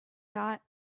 thought